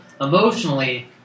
Emotionally